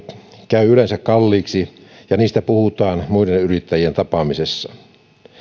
käyvät yleensä kalliiksi ja niistä puhutaan muiden yrittäjien tapaamisissa